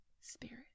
Spirit